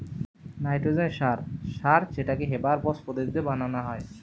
nitrogen সার সার যেটাকে হেবার বস পদ্ধতিতে বানানা হয়